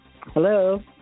Hello